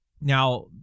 Now